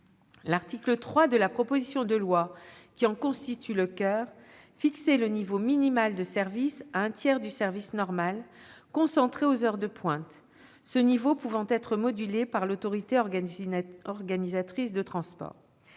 L'article 3 de la proposition de loi, qui en constitue le coeur, fixait le niveau minimal de service à un tiers du service normal, concentré aux heures de pointe, ce niveau pouvant être modulé par l'autorité organisatrice de transports.